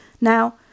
Now